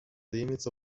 limits